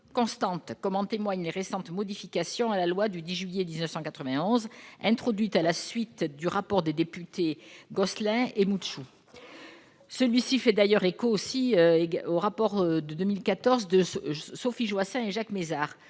constantes, comme en témoignent les récentes modifications à la loi du 10 juillet 1991 introduite à la suite du rapport des députés Gosselin et Moutchou celui-ci fait d'ailleurs écho aussi au rapport de 2014 de Sophie Joissains Jacques Mézard,